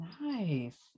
Nice